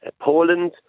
Poland